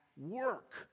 work